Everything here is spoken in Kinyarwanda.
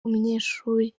umunyeshuri